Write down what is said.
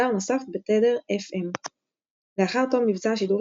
נוסף בתדר FM. לאחר תום מבצע השידורים,